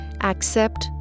accept